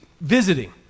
visiting